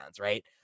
right